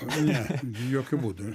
ne jokiu būdu